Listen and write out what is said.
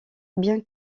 bien